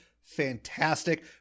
fantastic